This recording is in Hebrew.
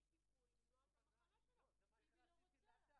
תיקחי טיפול למנוע את המחלה שלך אם היא לא רוצה.